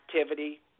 activity